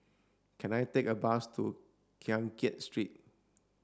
can I take a bus to Keng Kiat Street